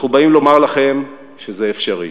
אנחנו באים לומר לכם שזה אפשרי.